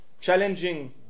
challenging